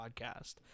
podcast